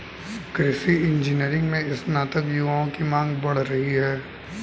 कृषि इंजीनियरिंग में स्नातक युवाओं की मांग बढ़ी है